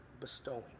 bestowing